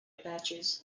patches